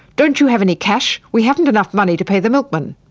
don't you have any cash? we haven't enough money to pay the milkman.